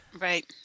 Right